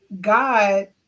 God